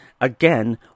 again